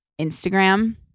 Instagram